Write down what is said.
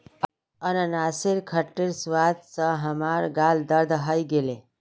अनन्नासेर खट्टे स्वाद स हमार गालत दर्द हइ गेले